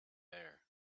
there